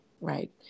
Right